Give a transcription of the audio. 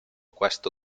questo